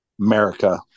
America